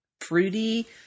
fruity